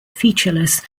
featureless